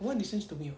no one listens to me